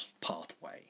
pathway